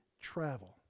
travel